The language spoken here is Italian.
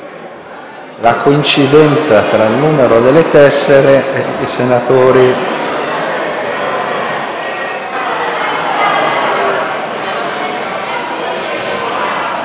la coincidenza tra il numero delle tessere e i senatori